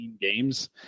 games